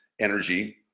energy